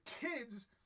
kids